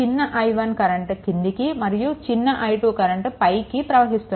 చిన్న i1 current క్రిందికి మరియు చిన్న i2 కరెంట్ పైకి ప్రవహిస్తున్నాయి